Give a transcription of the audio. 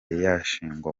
yashingwa